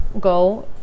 go